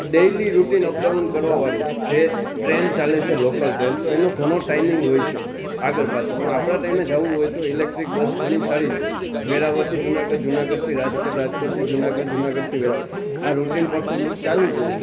daily routine up down કરવાવાળી જે train ચાલે છે લોકલ ટ્રેન તો એનો ઘણો ટાઈમિંગ હોય છે આગળ પાછળ પણ આપણા ટાઈમે જવું હોય તો ઇલેક્ટ્રિક બસ ઘણી સારી છે વેરાવળથી જુનાગઢ જુનાગઢથી રાજકોટ રાજકોટથી જુનાગઢ જુનાગઢથી વેરાવળ આ રૂટિન પરફોર્મન્સ ચાલુ જ રહે છે